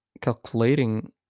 calculating